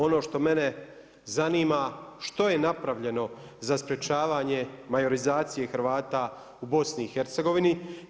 Ono što mene zanima, što je napravljeno za sprečavanje majorizacije Hrvata u BiH-u?